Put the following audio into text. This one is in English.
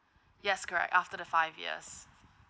yes correct after the five years